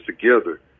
together